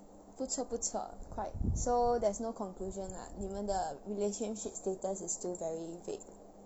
不错不错 quite so there's no conclusion lah 你们的 relationship status is still very vague